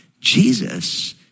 Jesus